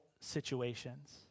situations